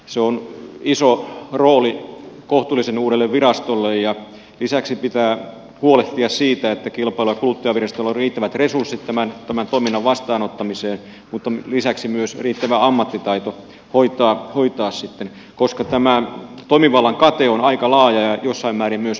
se on iso rooli kohtuullisen uudelle virastolle ja lisäksi pitää huolehtia siitä että kilpailu ja kuluttajavirastolla on riittävät resurssit tämän toiminnan vastaanottamiseen mutta lisäksi myös riittävä ammattitaito hoitaa sitten koska tämä toimivallan kate on aika laaja ja jossain määrin myös täsmentymätön